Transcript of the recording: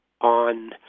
on